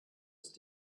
ist